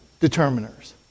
determiners